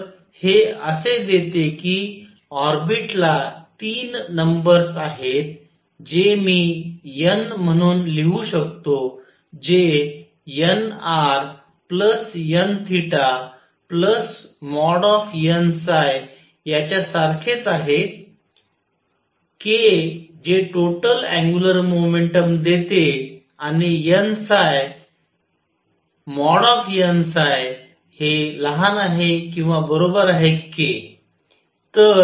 तर हे असे देते की ऑर्बिटला 3 नंबर्स आहेत जे मी n म्हणून लिहू शकतो जे nrn।n।याच्या सारखेच आहे k जे टोटल अँग्युलर मोमेंटम देते आणि n n≤k